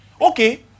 Okay